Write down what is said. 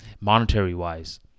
monetary-wise